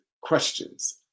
questions